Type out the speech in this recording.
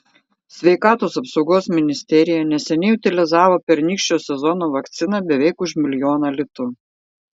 sveikatos apsaugos ministerija neseniai utilizavo pernykščio sezono vakciną beveik už milijoną litų